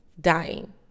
dying